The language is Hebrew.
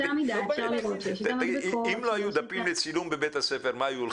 באותה מידה אפשר לראות שיש את המדבקות.